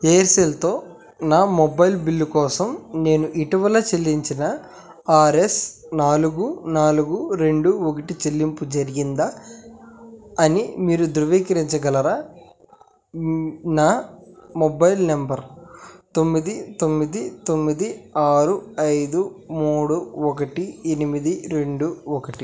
ఎయిర్సెల్తో నా mobile bill కోసం నేను ఇటీవల చెల్లించిన ఆర్ ఎస్ నాలుగు నాలుగు రెండు ఒకటి చెల్లింపు జరిగిందా అని మీరు ధృవీకరించగలరా నా మొబైల్ నెంబర్ తొమ్మిది తొమ్మిది తొమ్మిది ఆరు ఐదు మూడు ఒకటి ఎనిమిది రెండు ఒకటి